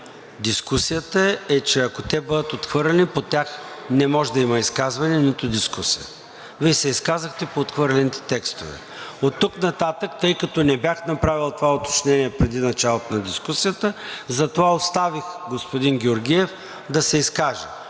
дискусията, е, че ако те бъдат отхвърлени, по тях не може да има изказване, нито дискусия. Вие се изказахте по отхвърлените текстове. Оттук нататък, тъй като не бях направил това уточнение преди началото на дискусията, затова оставих господин Георгиев да се изкаже.